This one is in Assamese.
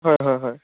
হয় হয় হয়